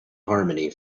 harmony